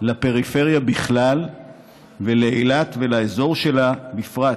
לפריפריה בכלל ולאילת ולאזור שלה בפרט,